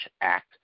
Act